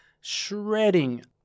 shredding